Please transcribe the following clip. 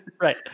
Right